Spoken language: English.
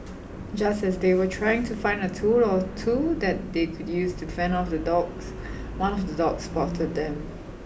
just as they were trying to find a tool or two that they could use to fend off the dogs one of the dogs spotted them